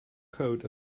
code